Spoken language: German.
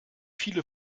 viele